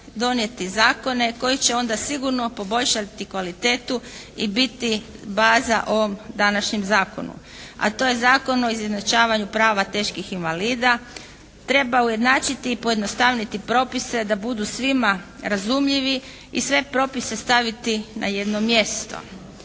donijeti zakone koji će onda sigurno poboljšati kvalitetu i biti baza ovom današnjem zakonu, a to je Zakon o izjednačavanju prava teških invalida. Treba ujednačiti i pojednostavniti propise da budu svima razumljivi i sve propise staviti na jedno mjesto.